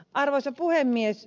arvoisa puhemies